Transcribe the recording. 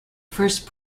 first